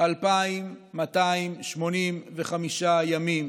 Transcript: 2,285 ימים